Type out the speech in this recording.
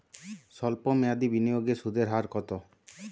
সল্প মেয়াদি বিনিয়োগে সুদের হার কত?